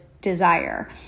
desire